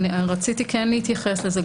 רציתי כן להתייחס לזה,